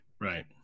Right